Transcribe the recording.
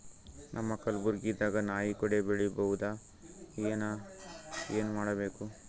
ನಮ್ಮ ಕಲಬುರ್ಗಿ ದಾಗ ನಾಯಿ ಕೊಡೆ ಬೆಳಿ ಬಹುದಾ, ಏನ ಏನ್ ಮಾಡಬೇಕು?